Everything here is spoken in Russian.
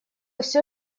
все